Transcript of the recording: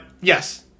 yes